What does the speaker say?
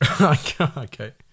Okay